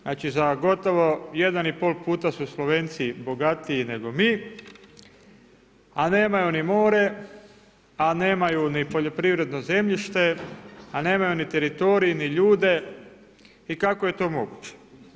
Znači za gotovo jedan i pol puta su Slovenci bogatiji nego mi, a nemaju ni more, a nemaju ni poljoprivredno zemljište, a nemaju ni teritorij, ni ljude i kako je to moguće.